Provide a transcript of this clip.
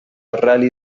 rally